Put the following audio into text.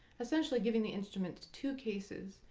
essentially giving the instruments two cases,